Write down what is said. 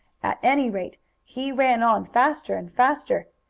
at any rate he ran on faster and faster,